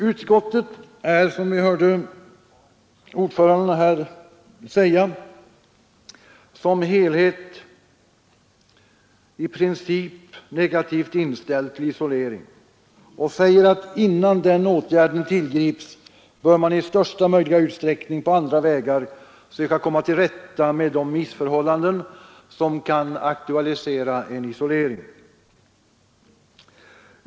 Utskottet är också, som vi nyss hört ordföranden säga, som helhet i princip negativt inställt till isolering och framhåller, att innan den åtgärden tillgrips bör man i största möjliga utsträckning på andra vägar söka komma till rätta med de missförhållanden som kan aktualisera en isolering.